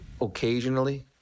Occasionally